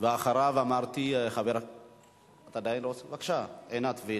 אחריו, אמרתי, בבקשה, עינת וילף.